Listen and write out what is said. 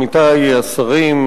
עמיתי השרים,